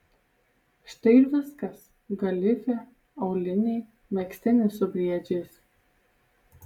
štai ir viskas galifė auliniai megztinis su briedžiais